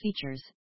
features